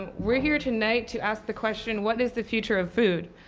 um we're here tonight to ask the question, what is the future of food?